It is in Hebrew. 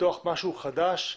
לפתוח משהו חדש,